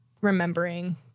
remembering